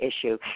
issue